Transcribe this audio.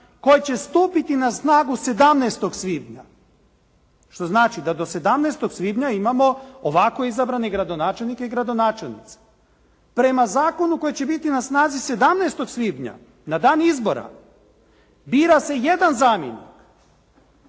koji će stupiti na snagu 17. svibnja, što znači da do 17. svibnja imamo ovako izabrane gradonačelnike i gradonačelnice. Prema zakonu koji će biti na snazi 17. svibnja na dan izbora bira se jedan zamjenik,